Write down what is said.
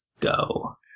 go